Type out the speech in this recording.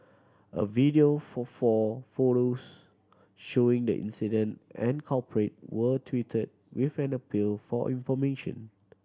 a video for four photos showing the incident and culprit were tweeted with an appeal for information